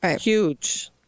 huge